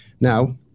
Now